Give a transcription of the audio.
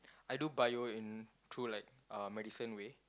I do bio in through like uh medicine way